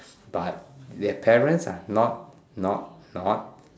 but the parents are not not not